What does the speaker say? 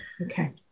Okay